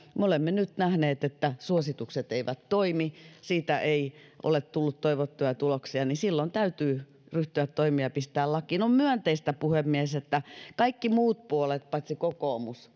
me olemme nyt nähneet että suositukset eivät toimi kun niistä ei ole tullut toivottuja tuloksia niin silloin täytyy ryhtyä toimeen ja pistää lakiin on myönteistä puhemies että kaikki muut puolueet paitsi kokoomus